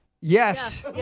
Yes